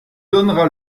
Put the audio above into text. donneras